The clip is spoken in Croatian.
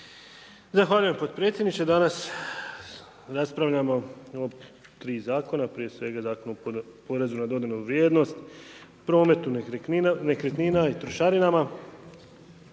Zahvaljujem potpredsjedniče, danas raspravljamo o tri zakona, prije svega Zakon o porezu na dodanu vrijednost prometa, nekretnina i trošarinama.